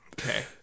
Okay